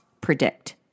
predict